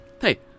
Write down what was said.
Hey